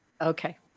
Okay